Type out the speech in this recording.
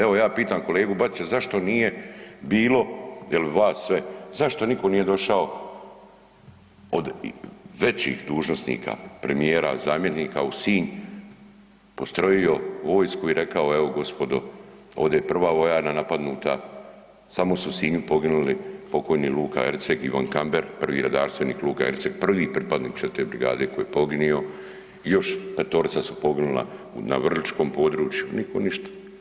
Evo ja pitam kolegu Bačića zašto nije bilo ili vas sve, zašto nitko nije došao od većih dužnosnika premijera, zamjenika u Sinj postrojio vojsku i rekao evo gospodo ovdje je prva vojarna napadnuta, samo su u Sinju poginuli pokojni Luka Erceg i Ivan Kamber, prvi redarstvenik Luka Erceg prvi pripadnik čete brigade koji je poginuo i još petorica su poginula na vrličkom području, niko ništa.